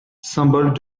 symboles